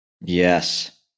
Yes